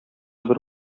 бер